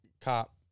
cop